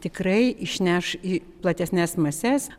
tikrai išneš į platesnes mases